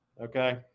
Okay